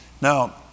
Now